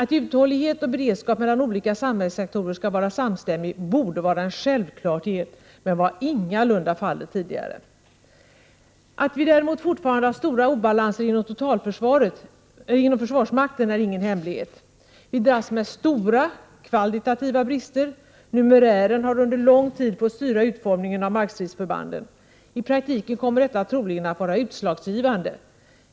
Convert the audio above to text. Att uthållighet och beredskap mellan olika samhällssektorer Planering ock sralde skall vara samstämmig borde vara en självklarhet, men så var ingalunda fallet = ER ER = 2 at a för det militära förtidigare. Att vi fortfarande har stora obalanser inom försvarsmakten är ingen vet ram svaret, m.m. hemlighet. Vi dras med stora kvalitativa brister. Numerären har under lång tid fått styra utformningen av markstridsförbanden. I praktiken kommer detta troligen att vara utslagsgivande.